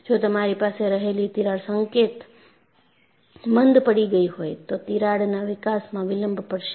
જો તમારી પાસે રહેલી તિરાડ સંકેત મંદ પડી ગઈ હોય તો તિરાડના વિકાસમાં વિલંબ પડશે